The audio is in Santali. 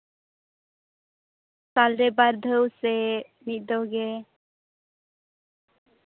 ᱥᱟᱞ ᱨᱮ ᱵᱟᱨ ᱫᱷᱟᱣ ᱥᱮ ᱢᱤᱫ ᱫᱷᱟᱣ ᱜᱮ